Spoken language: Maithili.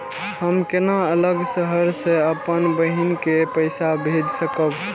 हम केना अलग शहर से अपन बहिन के पैसा भेज सकब?